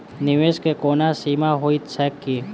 निवेश केँ कोनो सीमा होइत छैक की?